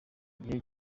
gihe